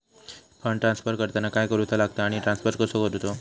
Fund transfer करताना काय करुचा लगता आनी ट्रान्स्फर कसो करूचो?